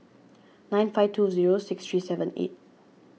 nine five two zero six three seven eight